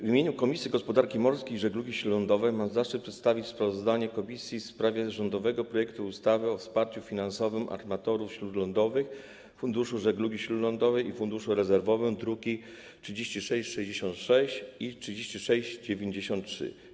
W imieniu Komisji Gospodarki Morskiej i Żeglugi Śródlądowej mam zaszczyt przedstawić sprawozdanie komisji w sprawie rządowego projektu ustawy o wsparciu finansowym armatorów śródlądowych, Funduszu Żeglugi Śródlądowej i Funduszu Rezerwowym, druki nr 3666 i 3693.